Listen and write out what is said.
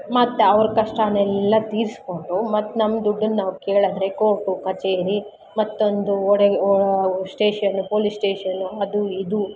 ಮತ್ತೆ ಅವರು ಕಷ್ಟಾನೆಲ್ಲ ತೀರಿಸ್ಕೊಂಡು ಮತ್ತು ನಮ್ಮ ದುಡ್ಡನ್ನ ನಾವು ಕೇಳಿದ್ರೆ ಕೋರ್ಟು ಕಚೇರಿ ಮತ್ತೊಂದು ಒಡೆ ಒ ಸ್ಟೇಷನ್ ಪೊಲೀಸ್ ಸ್ಟೇಷನು ಅದು ಇದು